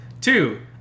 Two